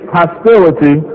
hostility